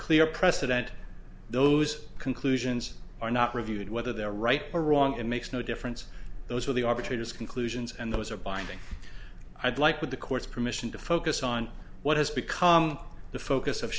clear president those conclusions are not reviewed whether they're right or wrong it makes no difference those were the arbitrator's conclusions and those are binding i'd like with the court's permission to focus on what has become the focus of